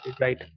right